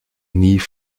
nie